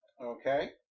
Okay